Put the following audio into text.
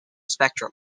spectrum